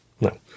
No